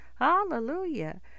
Hallelujah